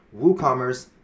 WooCommerce